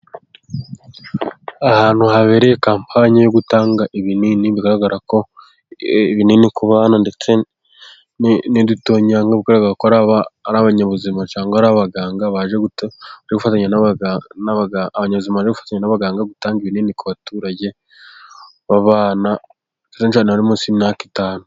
Ahantu habereye kampanyi yo gutanga ibinini, bigaragara ko ibinini ku bana ndetse n'udutonyanga, bigaragara ko ari abanyabuzima cyangwa ari abaganga baje, kwifatanya abanyabuzima baje kwifatanya n'abaganga gutanga ibinini ku baturage, aba bana ni impinja nabo munsi y'imyaka itanu.